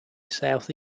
south